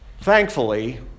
thankfully